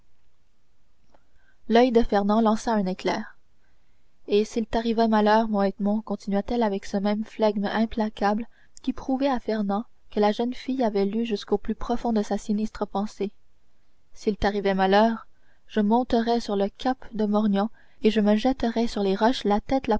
l'oeil de fernand lança un éclair et s'il t'arrivait malheur mon edmond continua-t-elle avec ce même flegme implacable qui prouvait à fernand que la jeune fille avait lu jusqu'au plus profond de sa sinistre pensée s'il t'arrivait malheur je monterais sur le cap de morgion et je me jetterais sur les rochers la tête